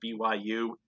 BYU